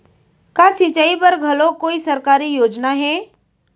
का सिंचाई बर घलो कोई सरकारी योजना हे?